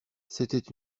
c’était